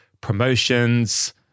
promotions